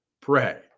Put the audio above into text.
pray